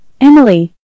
Emily